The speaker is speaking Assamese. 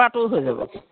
খোৱাটো হৈ যাব